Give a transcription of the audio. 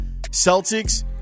Celtics